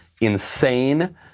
insane